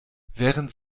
während